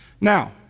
Now